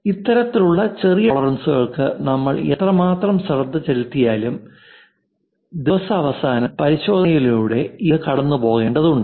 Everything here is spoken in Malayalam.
ഇത്തരത്തിലുള്ള ചെറിയ ടോളറൻസകൾക്ക് നമ്മൾ എത്രമാത്രം ശ്രദ്ധ ചെലുത്തിയാലും ദിവസാവസാനം പരിശോധനയിലൂടെ ഇത് കടന്നുപോകേണ്ടതുണ്ട്